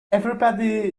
everybody